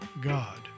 God